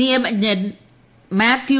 നിയമജ്ഞൻ Mathew